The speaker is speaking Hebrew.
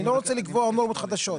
אני לא רוצה לקבוע נורמות חדשות.